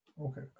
Okay